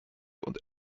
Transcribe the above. und